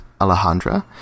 Alejandra